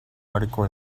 article